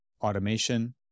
automation